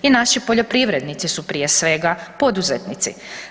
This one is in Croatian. I naši poljoprivrednici su prije svega poduzetnici.